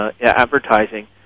advertising